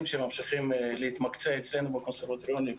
שממשיכים להתמקצע אצלינו בקונסרבטוריונים,